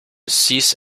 cease